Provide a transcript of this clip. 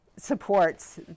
supports